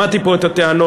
שמעתי פה את הטענות,